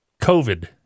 COVID